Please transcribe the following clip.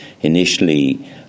initially